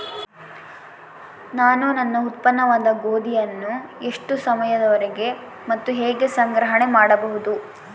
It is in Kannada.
ನಾನು ನನ್ನ ಉತ್ಪನ್ನವಾದ ಗೋಧಿಯನ್ನು ಎಷ್ಟು ಸಮಯದವರೆಗೆ ಮತ್ತು ಹೇಗೆ ಸಂಗ್ರಹಣೆ ಮಾಡಬಹುದು?